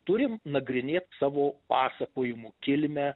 turime nagrinėt savo pasakojimų kilmę